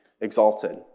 exalted